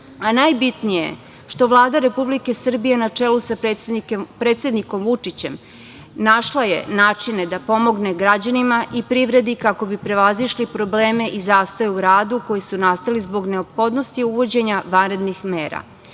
žele. Najbitnije je što Vlada Republike Srbije na čelu sa predsednikom Vučićem je našla načine da pomogne građanima i privredi kako bi prevazišli probleme i zastoje u radu koji su nastali zbog neophodnosti uvođenja vanrednih mera. Treći